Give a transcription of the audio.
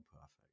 perfect